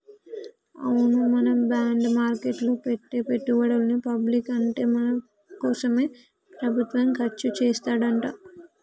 అవును మనం బాండ్ మార్కెట్లో పెట్టే పెట్టుబడులని పబ్లిక్ అంటే మన కోసమే ప్రభుత్వం ఖర్చు చేస్తాడంట